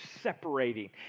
separating